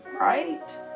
right